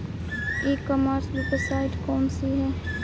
ई commerce website कौन सी है?